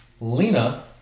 Lena